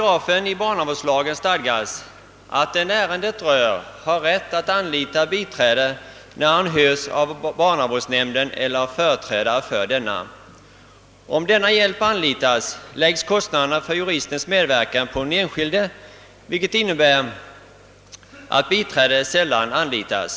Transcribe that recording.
I barnvårdslagens 20 § stadgas att »den ärendet rör» har rätt att anlita biträde, när han hörs av barnavårdsnämnden eller företrädare för denna. Om sådan hjälp anlitas läggs kostnaderna för juristens medverkan på den enskilde, vilket innebär att biträde sällan anlitas.